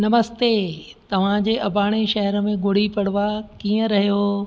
नमस्ते तव्हांजे अबाणे शहर में ॻुड़ी पड़वा कीअं रहियो